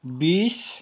বিছ